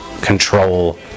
control